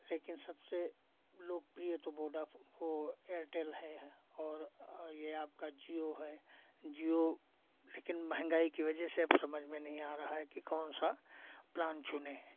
लेकिन सबसे लोकप्रिय तो वोडा वो एयरटेल है और ये आपका जिओ है जिओ लेकिन महंगाई की वजह से अब समझ में नहीं आ रहा है कि कौन सा प्लान चुनें